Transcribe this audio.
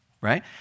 right